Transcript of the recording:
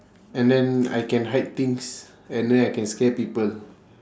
and then I can hide things and then I can scare people